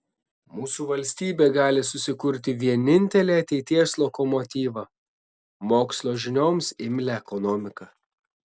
mūsų valstybė gali susikurti vienintelį ateities lokomotyvą mokslo žinioms imlią ekonomiką